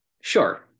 Sure